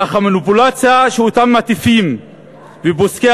אך המניפולציה שאותם מטיפים ופוסקי